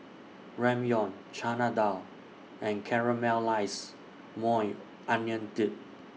Ramyeon Chana Dal and Caramelized Maui Onion Dip